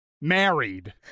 married